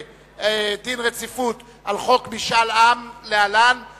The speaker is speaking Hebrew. דין רציפות על הצעת חוק משאל עם התקבלה,